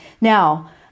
Now